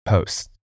post